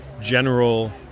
general